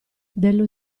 dello